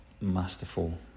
masterful